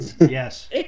Yes